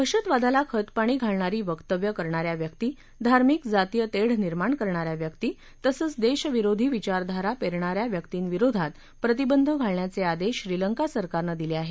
दहशतवादाला खतपाणी घालणारी वक्तव्य करणा या व्यक्ती धार्मिक जातीय तेढ निर्माण करणा या व्यक्ती तसंच देशविरोधी विचारधारा पेरणा या व्यक्तींविरोधात प्रतिबंध घालण्याचे आदेश श्रीलंका सरकारनं दिले आहेत